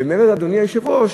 ומעבר, אדוני היושב-ראש,